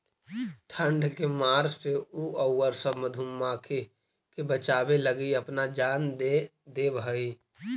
ठंड के मार से उ औउर सब मधुमाखी के बचावे लगी अपना जान दे देवऽ हई